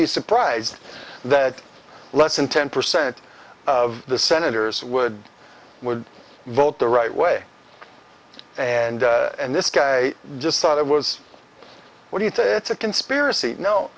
be surprised that less than ten percent of the senators would would vote the right way and and this guy just thought it was what you think it's a conspiracy